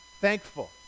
Thankful